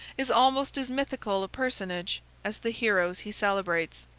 is almost as mythical a personage as the heroes he celebrates.